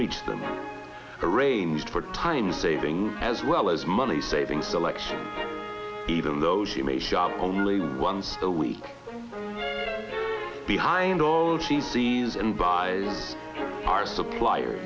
reach them arranged for time saving as well as money saving selections even though she may shop only once a week behind the scenes and by our supplier